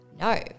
No